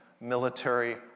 military